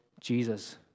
Jesus